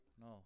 No